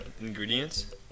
ingredients